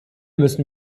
müssen